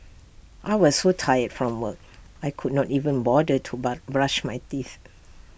I was so tired from work I could not even bother to bar brush my teeth